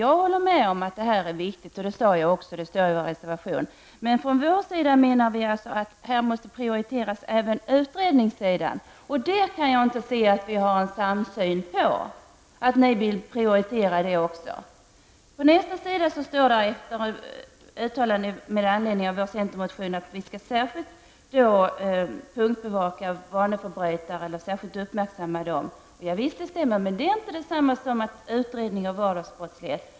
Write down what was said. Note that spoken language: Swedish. Jag håller med om att det här är viktigt. Det sade jag också, och det står i vår reservation. Men vi menar alltså att man måste prioritera även på utredningssidan. Jag kan inte se att vi har en samsyn då det gäller denna prioritering. På nästa sida i betänkandet står det efter uttalanden beträffande centerns motion att särskild uppmärksamhet måste riktas på bl.a. vaneförbrytare. Det stämmer. Men det är inte detsamma som utredning av vardagsbrottslighet.